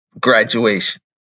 graduation